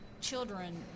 children